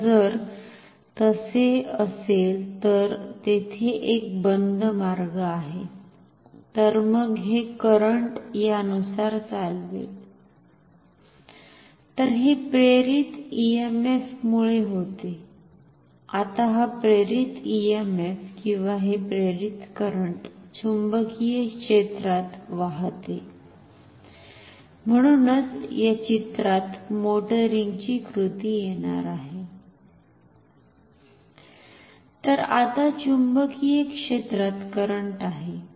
आता जर तसे असेल तर तेथे एक बंद मार्ग आहे तर मग हे करंट यानुसार चालवेल तर हे प्रेरित ईएमएफ मुळे होते आता हा प्रेरित ईएमएफ किंवा हे प्रेरित करंट चुंबकीय क्षेत्रात वाहते म्हणूनच या चित्रात मोटोरिंगची कृती येणार आहे तर आता चुंबकीय क्षेत्रात करंट आहे